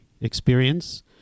experience